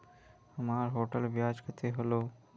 हमर टोटल ब्याज कते होले?